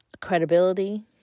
credibility